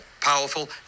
powerful